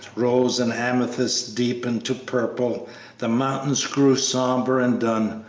rose and amethyst deepened to purple the mountains grew sombre and dun,